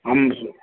ஆமாம்